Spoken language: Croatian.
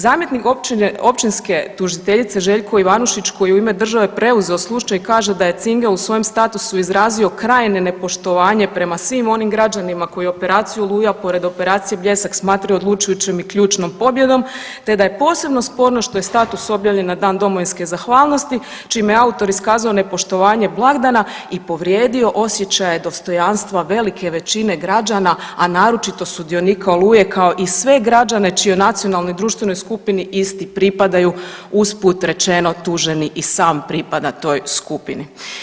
Zamjenik općinske tužiteljice Željko Ivanušić koji je u ime države preuzeo slučaj kaže da je Cingel u svojem statusu izrazio krajnje nepoštovanje prema svim onim građanima koji operaciju Oluja pored operacije Bljesak smatraju odlučujućom i ključnom pobjedom, te da je posebno sporno što je status objavljen na Dan domovinske zahvalnosti čime je autor iskazao nepoštovanje blagdana i povrijedio osjećaje dostojanstva velike većine građana, a naročito sudionika Oluje kao i sve građane o čijoj nacionalnoj i društvenoj skupini isti pripadaju tuženi i sam pripada toj skupini.